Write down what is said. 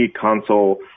console